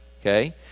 okay